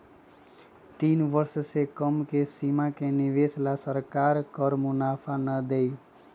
तीन वर्ष से कम के सीमा के निवेश ला सरकार कर मुनाफा ना देई